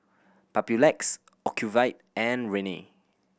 Papulex Ocuvite and Rene